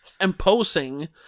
imposing